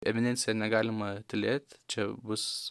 eminencija negalima tylėt čia bus